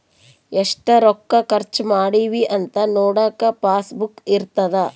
ಎಷ್ಟ ರೊಕ್ಕ ಖರ್ಚ ಮಾಡಿವಿ ಅಂತ ನೋಡಕ ಪಾಸ್ ಬುಕ್ ಇರ್ತದ